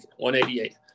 188